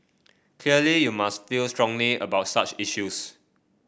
clearly you must feel strongly about such issues